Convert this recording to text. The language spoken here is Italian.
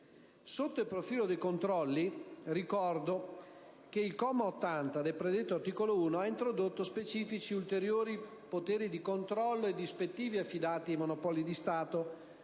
Sotto il profilo dei controlli, ricordo che il comma 80 del predetto articolo 1 ha introdotto specifici ulteriori poteri di controllo ed ispettivi affidati ai Monopoli di Stato